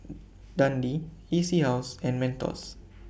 Dundee E C House and Mentos